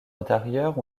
intérieures